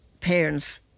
parents